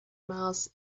miles